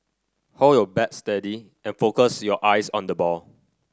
hold your bat steady and focus your eyes on the ball